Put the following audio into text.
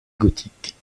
gothiques